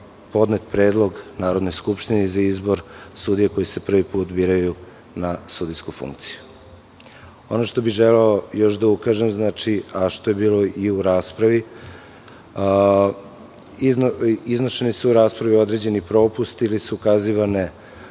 podnet predlog Narodne skupštine za izbor sudija koji se prvi put biraju na sudijsku funkciju. Ono što bih želeo još da ukažem, a što je bilo i u raspravi, iznošeni su u raspravi određeni propusti ili su ukazivane